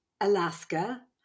alaska